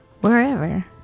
Wherever